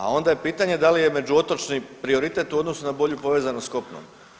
A onda je pitanje da li je međuotočni prioritet u odnosu na bolju povezanost s kopnom.